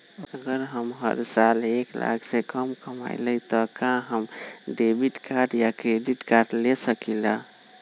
अगर हम हर साल एक लाख से कम कमावईले त का हम डेबिट कार्ड या क्रेडिट कार्ड ले सकीला?